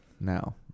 now